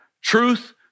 Truth